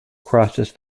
crosses